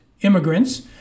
immigrants